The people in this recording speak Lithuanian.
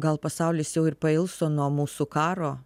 gal pasaulis jau ir pailso nuo mūsų karo